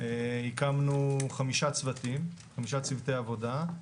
הקמנו חמישה צוותי עבודה,